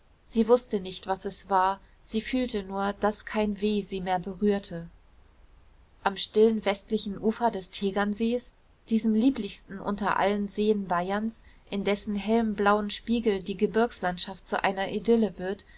sie wußte nicht was es war sie fühlte nur daß kein weh sie mehr berührte am stillen westlichen ufer des tegernsees diesem lieblichsten unter allen seen bayerns in dessen hellem blauem spiegel die gebirgslandschaft zu einer idylle wird